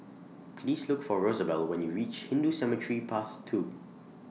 Please Look For Rosabelle when YOU REACH Hindu Cemetery Path two